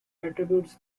attributes